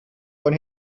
von